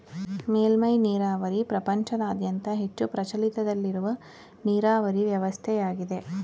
ಮೇಲ್ಮೆ ನೀರಾವರಿ ಪ್ರಪಂಚದಾದ್ಯಂತ ಹೆಚ್ಚು ಪ್ರಚಲಿತದಲ್ಲಿರುವ ನೀರಾವರಿ ವ್ಯವಸ್ಥೆಯಾಗಿದೆ